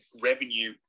revenue